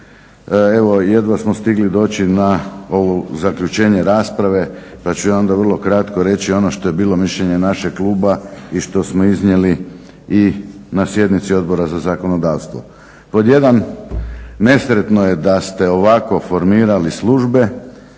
evo i jedva smo stigli doći na ovo zaključenje rasprave. Pa ću ja onda vrlo kratko reći ono što je bilo mišljenje našeg kluba i što smo iznijeli i na sjednici Odbora za zakonodavstvo. Pod jedan, nesretno je da ste ovako formirali službe